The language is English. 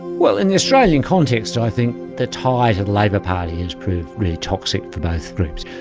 well, in the australian context i think the tie to the labor party has proved really toxic for both groups.